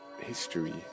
history